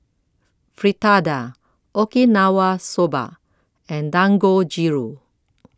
Fritada Okinawa Soba and Dangojiru